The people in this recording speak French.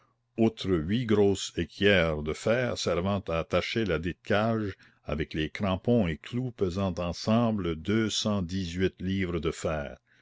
outre huit grosses équières de fer servant à attacher ladite cage avec les crampons et clous pesant ensemble deux cent dix-huit livres de fer